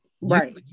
Right